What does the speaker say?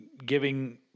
giving